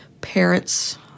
parents